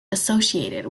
associated